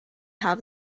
have